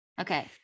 Okay